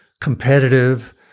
competitive